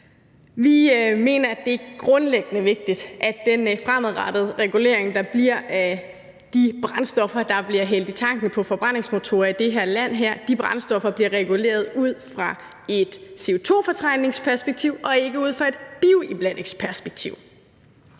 Vi mener, det er grundlæggende vigtigt, at den fremadrettede regulering, der bliver af de brændstoffer, der bliver hældt i tanken på forbrændingsmotorer i det her land, bliver reguleret ud fra et CO2-fortrængningsperspektiv og ikke ud fra et bioiblandingsperspektiv.